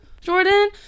jordan